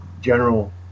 general